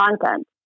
content